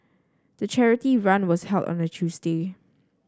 the charity run was held on a Tuesday